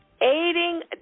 aiding